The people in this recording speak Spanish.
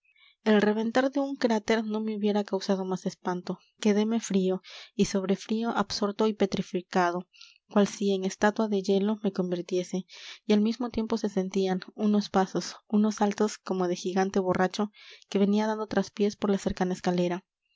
el reventar de un cráter no me hubiera causado más espanto quedeme frío y sobre frío absorto y petrificado cual si en estatua de hielo me convirtiese y al mismo tiempo se sentían unos pasos unos saltos como de gigante borracho que venía dando traspiés por la cercana escalera